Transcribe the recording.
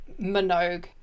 Minogue